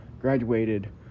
graduated